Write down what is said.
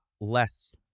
less